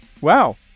Wow